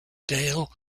dale